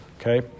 Okay